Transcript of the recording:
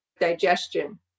digestion